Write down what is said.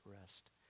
rest